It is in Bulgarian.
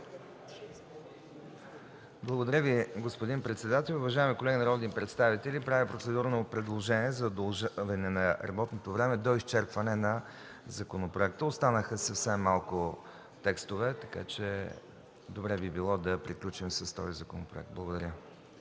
Благодаря Ви, господин председател. Уважаеми колеги народни представители, правя процедурно предложение за удължаване на работното време до изчерпване на законопроекта. Останаха съвсем малко текстове, така че добре би било да приключим с този законопроект. Благодаря.